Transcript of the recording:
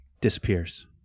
disappears